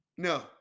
No